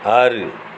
ஆறு